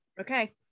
Okay